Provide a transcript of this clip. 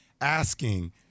asking